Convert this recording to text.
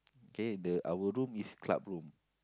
okay the our room is club room